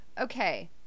Okay